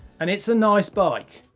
and it's a nice bike.